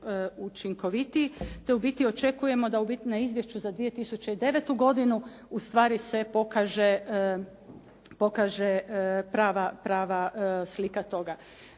učinkovitiji. Te u biti očekujemo da na izvješću za 2009. godinu ustvari se pokaže prava slika toga.